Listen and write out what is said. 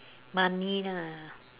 money lah